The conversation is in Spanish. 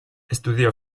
estudió